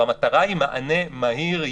והמטרה היא מענה מהיר,